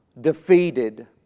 defeated